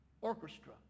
orchestra